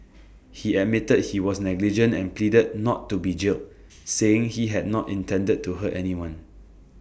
he admitted he was negligent and pleaded not to be jailed saying he had not intended to hurt anyone